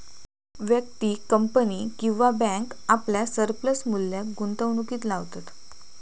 व्यक्ती, कंपनी किंवा बॅन्क आपल्या सरप्लस मुल्याक गुंतवणुकीत लावतत